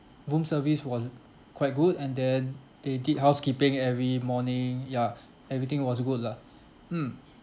room service was quite good and then they did housekeeping every morning ya everything was good lah mm